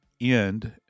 end